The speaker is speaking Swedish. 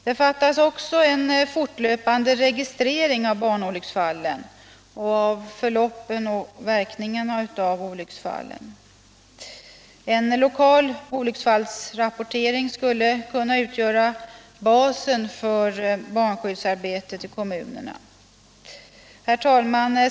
Vidare finns ingen fortlöpande registrering av barnolycksfallen, deras förlopp och verkningar. En lokal olycksfallsrapportering skulle kunna utgöra basen för barnskyddsarbetet i kommunerna. Herr talman!